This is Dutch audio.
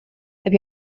heb